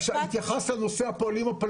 התייחסת לנושא הפועלים הפלסטינים,